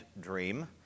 dream